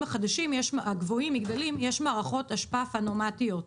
החדשים הגבוהים יש מערכות אשפה פנאומטיות.